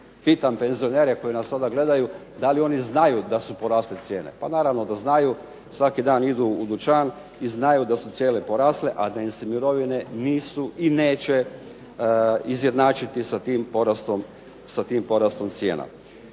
pitam penzionere koji nas sada gledaju da li oni znaju da su porasle cijene? Pa naravno da znaju, svaki dan idu u dućan i znaju da su cijene porasle, a da im se mirovine nisu i neće izjednačiti sa tim porastom cijena.